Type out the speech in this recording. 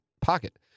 pocket